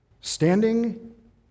standing